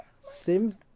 sim